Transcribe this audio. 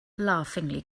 laughingly